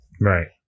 right